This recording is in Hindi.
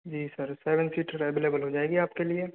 जी सर सेवेन सीटर अवेलेबल हो जाएगी आपके लिए